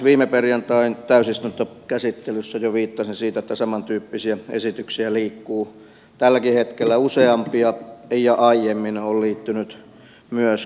viime perjantain täysistuntokäsittelyssä jo viittasin siihen että samantyyppisiä esityksiä liikkuu tälläkin hetkellä useampia ja aiemmin on liikkunut myöskin